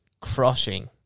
crushing